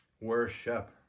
Worship